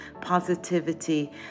positivity